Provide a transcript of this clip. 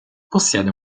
possiede